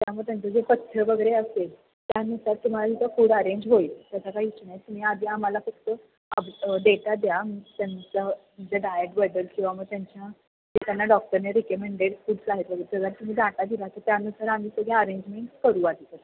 त्यामळे त्यांचं जे पथ्य वगैरे असेल त्यानुसार तुम्हाला ते फूड अरेंज होईल त्याचा काही इशू नाही तुम्ही आधी आम्हाला फक्त अप डेटा द्या त्यांचं जे डायटबद्दल किंवा मग त्यांच्या जे त्यांना डॉक्टरने रेिकेमेंडेड फूडस आहेत वगे सगळा तुम्ही डाटा दिला तर त्यानुसार आम्ही सगळी अरेजमेंटस करू आधीपासून